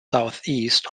southeast